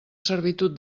servitud